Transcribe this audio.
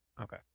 Okay